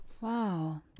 wow